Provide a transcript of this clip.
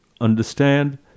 understand